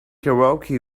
karaoke